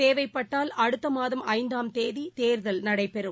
தேவைப்பட்டால் அடுத்தமாதம் ஐந்தாம் தேதிதேர்தல் நடைபெறும்